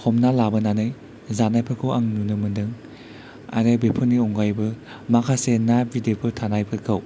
हमना लाबोनानै जानायफोरखौ आं नुनो मोन्दों आरो बेफोरनि अनगायैबो माखासे ना बिदैफोर थानायफोरखौ